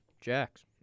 Jack's